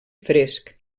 fresc